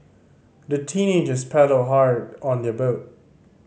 the teenagers paddled hard on their boat